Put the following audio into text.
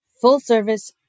full-service